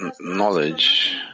knowledge